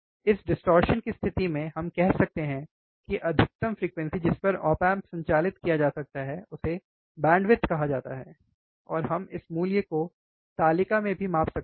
इस डिस्टॉर्शन की स्थिति में हम कह सकते हैं कि अधिकतम फ्रीक्वेंसी जिस पर ऑप एम्प संचालित किया जा सकता है उसे बैंडविड्थ कहा जाता है और हम इस मूल्य को तालिका में भी माप सकते हैं